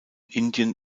indien